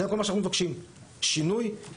זה כל מה שאנחנו מבקשים: שינוי הניסוח.